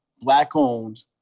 black-owned